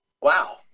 wow